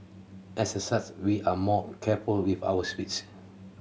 as a such we are more careful with our speech